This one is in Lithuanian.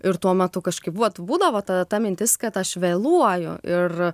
ir tuo metu kažkaip vat būdavo ta ta mintis kad aš vėluoju ir